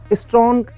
strong